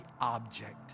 object